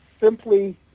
simply